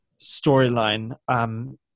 storyline